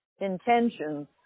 intentions